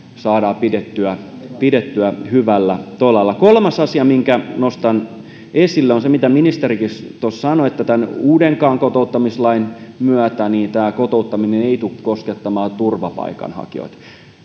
saadaan pidettyä pidettyä hyvällä tolalla kolmas asia minkä nostan esille on se mitä ministerikin tuossa sanoi että tämän uudenkaan kotouttamislain myötä kotouttaminen ei tule koskettamaan turvapaikanhakijoita